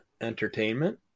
Entertainment